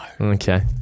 Okay